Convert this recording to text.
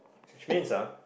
which means ah